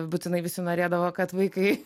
būtinai visi norėdavo kad vaikai